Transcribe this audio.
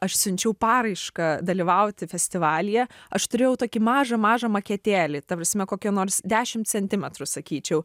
aš siunčiau paraišką dalyvauti festivalyje aš turėjau tokį mažą mažą maketėlį ta prasme kokio nors dešim centimetrų sakyčiau